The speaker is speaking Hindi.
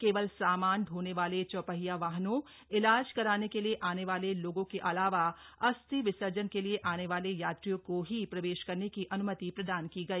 केवल सामान ढोने वाले चौपहिया वाहनों इलाज कराने के लिए आने वाले लोगों के अलावा अस्थि विसर्जन के लिए आने वाले यात्रियों को ही प्रवेश करने की अन्मति प्रदान की गई